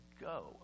go